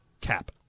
cap